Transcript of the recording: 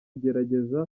igerageza